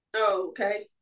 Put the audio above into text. okay